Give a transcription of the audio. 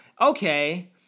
Okay